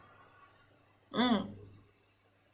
mm